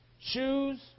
shoes